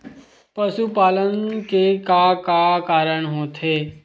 पशुपालन से का का कारण होथे?